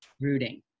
rooting